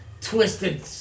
Twisted